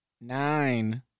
nine